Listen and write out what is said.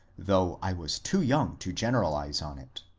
though i was too young to generalize on it.